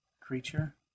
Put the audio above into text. creature